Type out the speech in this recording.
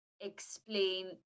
explain